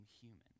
human